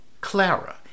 Clara